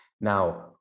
Now